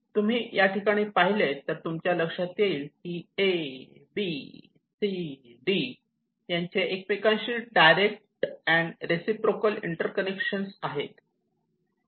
तुम्ही या ठिकाणी पाहिले तर तुमच्या लक्षात येईल की एबीसीडी यांचे एकमेकांशी डायरेक्ट अँड रेसिप्रोकल इंटरकनेक्शन आहेत